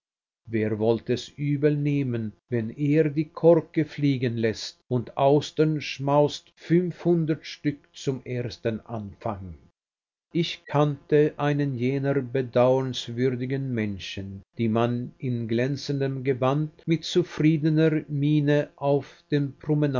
wer wollte es übel nehmen wenn er die korke fliegen läßt und austern schmaust fünfhundert stück zum ersten anfang ich kannte einen jener bedauernswürdigen menschen die man in glänzendem gewand mit zufriedener miene auf den